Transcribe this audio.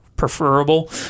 Preferable